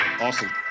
awesome